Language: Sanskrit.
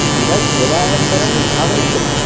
दिनद्वयानन्तरम् आगमिष्यति